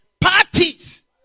parties